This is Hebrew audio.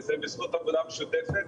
וזה בזכות העבודה המשותפת,